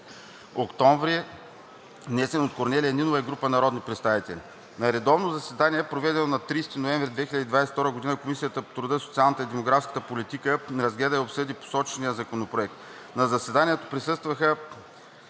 2022 г., внесен от Корнелия Нинова и група народни представители На редовно заседание, проведено на 30 ноември 2022 г., Комисията по труда, социалната и демографската политика разгледа и обсъди посочения законопроект. На заседанието присъстваха: